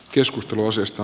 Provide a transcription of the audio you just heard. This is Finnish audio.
keskustelu uusista